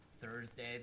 Thursday